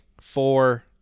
four